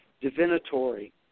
divinatory